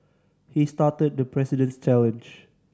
he started the President's challenge